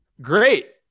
Great